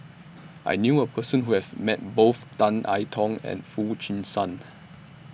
I knew A Person Who has Met Both Tan I Tong and Foo Chee San